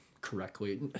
correctly